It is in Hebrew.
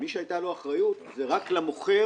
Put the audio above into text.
מי שהייתה לו אחריות זה רק למוכר